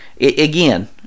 again